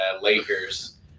Lakers